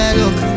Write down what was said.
look